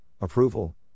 approval